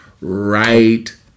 right